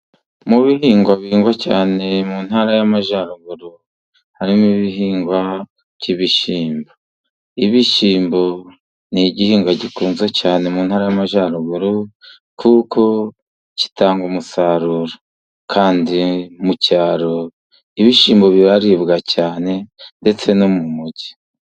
Mu bihingwa bihingwa cyane mu ntara y'Amajyaruguru harimo ibihingwa by'ibishyimbo, Ibishyimbo ni igihingwa gikunzwe cyane mu ntara y'Amajyaruguru kuko gitanga umusaruro, kandi mu cyaro ibishyimbo biraribwa cyane ndetse no mu mujyi.